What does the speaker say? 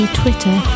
twitter